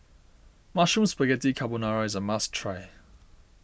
Mushroom Spaghetti Carbonara is a must try